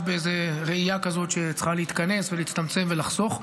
באיזו ראייה כזאת שצריך להתכנס ולהצטמצם ולחסוך.